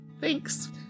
Thanks